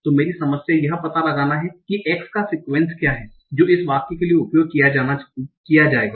तो मेरी समस्या यह पता लगाना है कि x का सिक्यूएन्स क्या है जो इस वाक्य के लिए उपयोग किया जाएगा